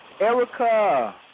Erica